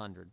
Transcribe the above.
hundred